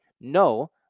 No